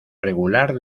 regular